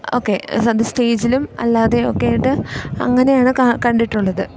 ഒക്കെ അത് സ്റ്റേജിലും അല്ലാതെയൊക്കെയായിട്ട് അങ്ങനെയാണ് കണ്ടിട്ടുള്ളത്